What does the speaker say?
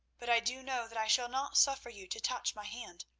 but i do know that i shall not suffer you to touch my hand.